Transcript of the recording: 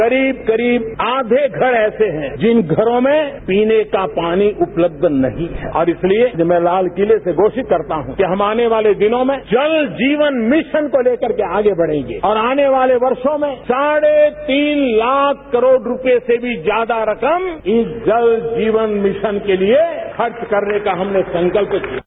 करीब करीब आघे घर ऐसे है जिन घरों में पीने का पानी उपलब्ध नहीं है और इसलिए मैं लाल किले से घोषणा करता हूं कि हम आने वाले दिनों में जल जीयन मिशन को ले करके आगे बढ़ेंगे और आने वाले वर्षो में साढ़े तीन लाख करोड़ रुपये से भी ज्यादा रकम इस जल जीवन मिशन के लिए खर्च करने का हमने संकल्प लिया है